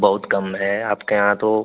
बहुत कम है आपके यहाँ तो